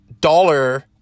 dollar